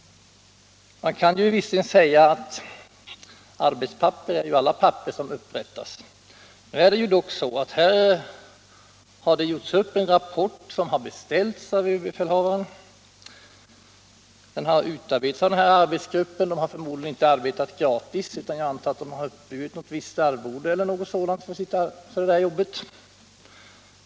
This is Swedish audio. Man kan visserligen säga att alla papper som upprättas är arbetspapper. Här har dock gjorts upp en rapport som beställts av överbefälhavaren. Den har utarbetats av arbetsgruppen, och ledamöterna har förmodligen inte arbetat gratis utan har fått ett arvode eller något sådant för jobbet.